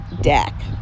deck